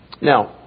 Now